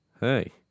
Hey